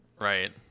Right